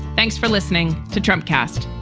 thanks for listening to trump cast